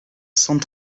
cent